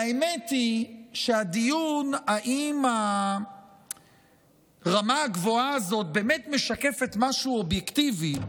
והאמת היא שהדיון אם הרמה הגבוהה הזאת באמת משקפת משהו אובייקטיבי,